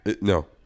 No